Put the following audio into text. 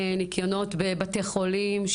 ניקיונות בבתי חולים.